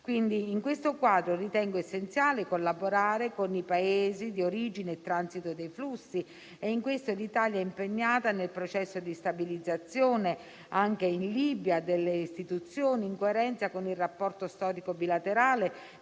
In questo quadro, ritengo essenziale collaborare con i Paesi di origine e transito dei flussi. In questo, l'Italia è impegnata nel processo di stabilizzazione, anche in Libia, delle istituzioni, in coerenza con il rapporto storico bilaterale